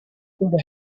could